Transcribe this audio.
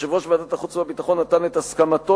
יושב-ראש ועדת החוץ והביטחון נתן את הסכמתו